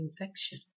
infection